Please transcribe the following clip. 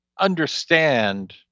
understand